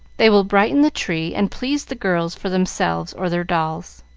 they will brighten the tree and please the girls for themselves or their dolls.